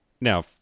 Now